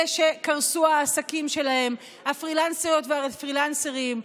אלה שקרסו העסקים שלהם, הפרילנסריות והפרילנסרים,